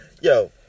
Yo